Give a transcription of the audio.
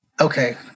okay